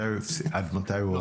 עד מתי הוא עבד?